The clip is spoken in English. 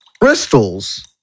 crystals